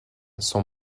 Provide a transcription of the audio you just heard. sont